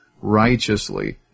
righteously